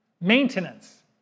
Maintenance